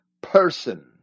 person